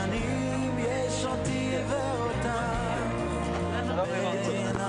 שלום לחברי הכנסת בפתחו של שבוע כנסת חדש ומעניין,